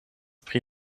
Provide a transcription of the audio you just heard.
pri